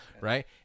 Right